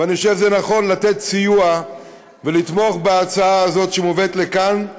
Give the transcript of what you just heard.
אני חושב שזה נכון לתת סיוע ולתמוך בהצעה הזאת שמובאת לכאן,